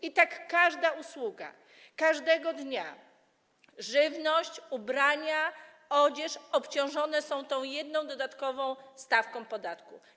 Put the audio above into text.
I tak każda usługa, każdego dnia: żywność, ubrania, odzież obciążone są tą jedną dodatkową stawką podatku.